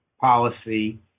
policy